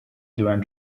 duran